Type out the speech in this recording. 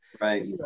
Right